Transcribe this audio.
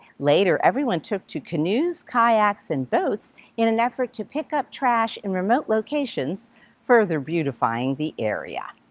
later, everyone took to canoes, kayaks and boats in an effort to pick-up trash in remote locations further beautifying the area.